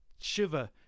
shiver